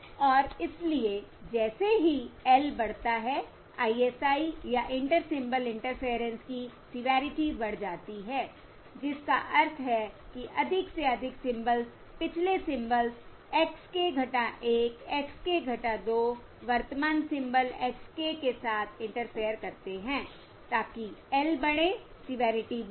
और इसलिए जैसे ही L बढ़ता है ISI या इंटर सिंबल इंटरफेरेंस की सिवैरिटी बढ़ जाती है जिसका अर्थ है कि अधिक से अधिक सिंबल्स पिछले symbols x k 1 x k 2 वर्तमान सिंबल x k के साथ इंटरफेयर करते हैं ताकि L बढ़े सिवैरिटी बढ़े